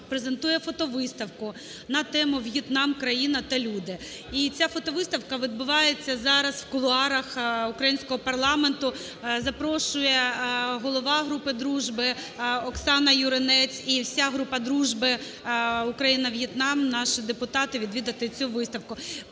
презентує фотовиставку на тему "В'єтнам: країна та люди". І ця фотовиставка відбувається зараз в кулуарах українського парламенту. Запрошує голова групи дружби Оксана Юринець і вся група дружби "Україна - В'єтнам" наших депутатів відвідати цю виставку.